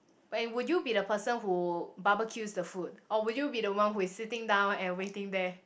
and would you be the person who barbecues the food or would you be the one who is sitting down and waiting there